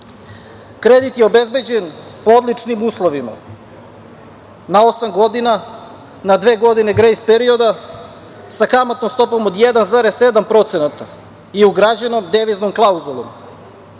je obezbeđen, po odličnim uslovima, na 8 godina, na dve godine grejs perioda, sa kamatnom stopom od 1,7% i ugrađenom deviznom klauzulom. Odbor